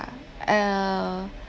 uh